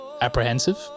apprehensive